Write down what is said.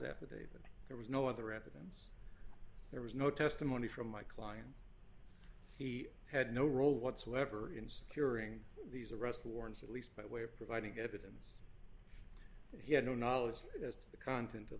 affidavit there was no other evidence there was no testimony from my client he had no role whatsoever in securing these arrest warrants at least by way of providing evidence that he had no knowledge as to the content of